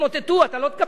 אני לא מבין אותך,